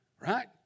Right